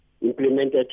implemented